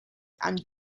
and